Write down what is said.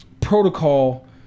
protocol